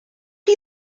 chi